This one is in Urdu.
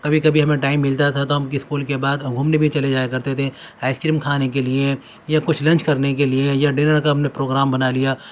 کبھی کبھی ہمیں ٹائم ملتا تھا تو ہم اسکول کے بعد گھومنے بھی چلے جایا کرتے تھے آئس کریم کھانے کے لیے یا کچھ لنچ کرنے کے لیے یا ڈنر کا ہم نے پروگرام بنا لیا